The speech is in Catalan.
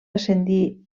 ascendir